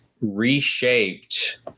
reshaped